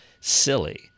silly